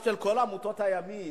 תשמע, מאחר שכל עמותות הימין,